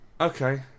Okay